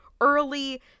early